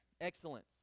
Excellence